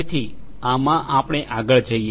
તેથી આમાં આપણે આગળ જઈએ